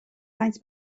faint